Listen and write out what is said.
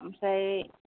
ओमफ्राय